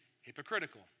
Hypocritical